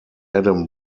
adam